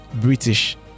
british